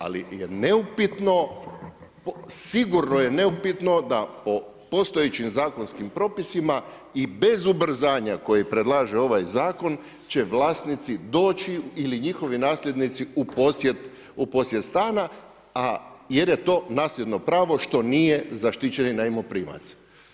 Ali je neupitno, sigurno je neupitno po postojećim zakonskim propisima i bez ubrzanja koji predlaže ovaj zakon će vlasnici doći ili njihovi nasljednici u posjed stana jer je to nasljedno pravo što nije zaštićeni najmoprimac.